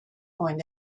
going